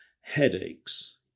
headaches